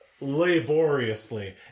Laboriously